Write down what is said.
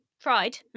Tried